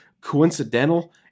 coincidental